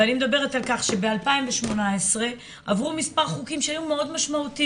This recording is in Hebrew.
ואני מדברת על כך שב-2018 עברו מס' חוקים שהיו מאוד משמעותיים,